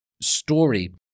story